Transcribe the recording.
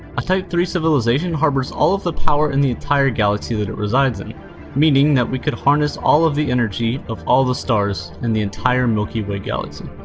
a type three civilization harbors all of the power in the entire galaxy that it resides in meaning that we could harness all of the energy of all the stars in and the entire milky way galaxy.